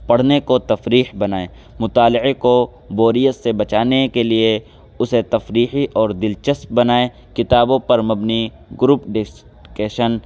پڑھنے کو تفریح بنائیں مطالعے کو بوریت سے بچانے کے لیے اسے تفریحی اور دلچسپ بنائیں کتابوں پر مبنی گروپ ڈسکشن